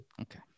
Okay